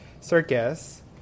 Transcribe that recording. Circus